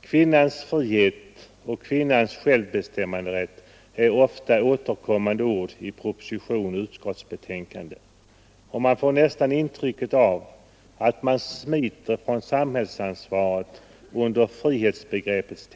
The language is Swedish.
Kvinnans frihet och kvinnans självbestämmanderätt är ofta återkommande ord i propositionen och utskottsbetänkandet, och man får nästan ett intryck av att man smiter från samhällsansvaret under frihetsbegreppets